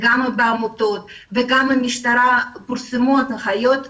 עמותות והמשטרה ופורסמו הנחיות.